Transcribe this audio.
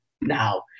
now